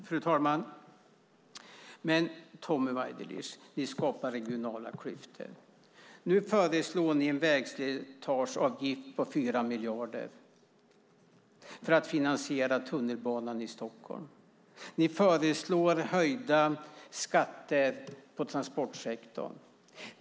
Fru talman! Ni skapar regionala klyftor, Tommy Waidelich. Nu föreslår ni en vägslitageavgift på 4 miljarder för att finansiera tunnelbanan i Stockholm. Ni föreslår höjda skatter på transportsektorn.